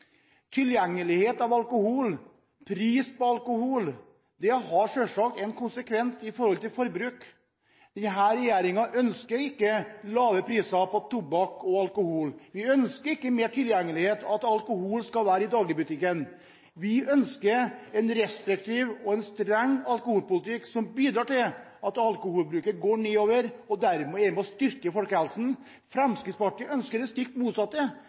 Tilgjengelighet til alkohol og pris på alkohol har selvsagt en konsekvens med hensyn til forbruk. Denne regjeringen ønsker ikke lave priser på tobakk og alkohol, vi ønsker ikke mer tilgjengelighet, at alkohol skal være i dagligvarebutikken. Vi ønsker en restriktiv og streng alkoholpolitikk som bidrar til at alkoholbruken går nedover og dermed er med på å styrke folkehelsen. Fremskrittspartiet ønsker det stikk